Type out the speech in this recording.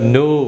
no